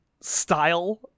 style